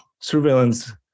surveillance